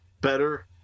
better